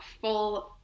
full